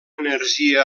energia